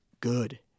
good